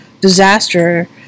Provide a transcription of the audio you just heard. disaster